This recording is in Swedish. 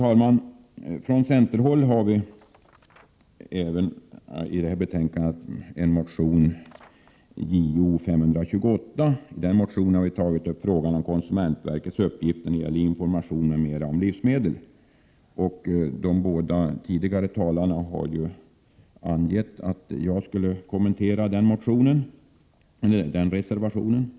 Vi i centern har även väckt motion Jo528, vilken behandlas i detta betänkande. I denna motion har vi tagit upp frågan om konsumentverkets uppgifter när det gäller information m.m. om livsmedel. Ulla Orring har hänvisat till att jag skulle kommentera motionen och den därav föranledda reservationen nr 10.